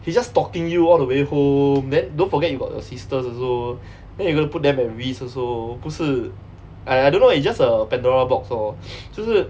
he's just stalking you all the way home then don't forget you got your sisters also then you gonna put them at risk also 不是 I I don't know it's just a pandora box lor 就是